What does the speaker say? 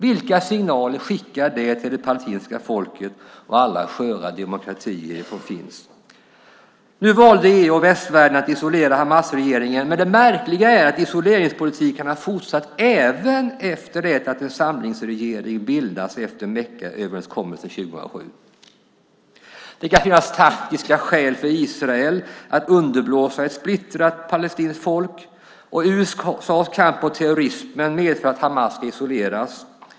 Vilka signaler skickar det till det palestinska folket och alla de sköra demokratier som finns? Nu valde EU och västvärlden att isolera Hamasregeringen, men det märkliga är att isoleringspolitiken har fortsatt även efter det att en samlingsregering bildats efter Meckaöverenskommelsen 2007. Det kan finnas taktiska skäl för Israel att underblåsa ett splittrat palestinskt folk. USA:s kamp mot terrorismen medför att Hamas isoleras.